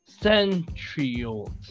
Centrioles